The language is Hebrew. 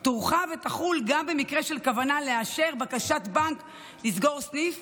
והיא תורחב ותחול גם במקרה של כוונה לאשר בקשת בנק לסגור סניף